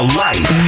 life